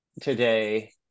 today